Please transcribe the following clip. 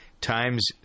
Times